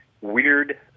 weird